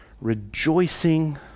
rejoicing